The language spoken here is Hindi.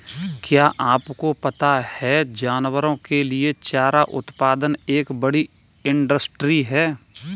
क्या आपको पता है जानवरों के लिए चारा उत्पादन एक बड़ी इंडस्ट्री है?